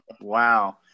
wow